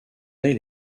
nés